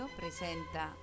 presenta